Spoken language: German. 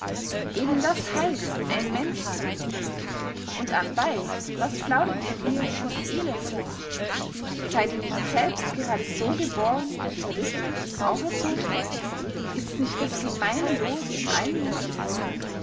eben das heißt ein mensch seyn und anbey was plaudert ihr hier vom elendseyn seyd ihr nicht selbst gerade so gebohren unterrichtet auferzogen ists nicht das gemeine loos allen menschen